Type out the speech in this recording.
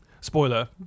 spoiler